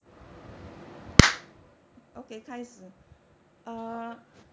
好的